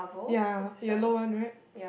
ya yellow one right